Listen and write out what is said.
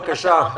בבקשה.